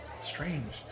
Strange